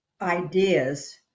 ideas